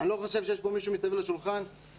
אני לא חושב שיש פה מישהו מסביב לשולחן ‏